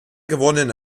gewonnenen